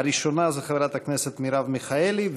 הראשונה היא חברת הכנסת מרב מיכאלי,